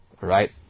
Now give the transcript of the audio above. Right